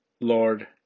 Lord